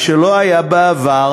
מה שלא היה בעבר,